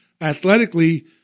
athletically